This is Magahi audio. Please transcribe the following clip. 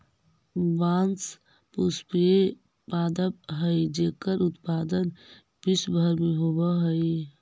बाँस पुष्पीय पादप हइ जेकर उत्पादन विश्व भर में होवऽ हइ